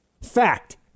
Fact